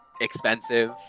expensive